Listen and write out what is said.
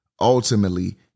ultimately